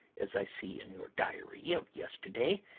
as i see in your diary of yesterday,